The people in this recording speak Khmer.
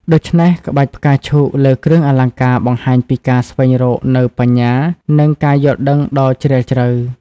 ដូច្នេះ ក្បាច់ផ្កាឈូកលើគ្រឿងអលង្ការបង្ហាញពីការស្វែងរកនូវបញ្ញា និងការយល់ដឹងដ៏ជ្រាលជ្រៅ។